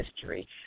history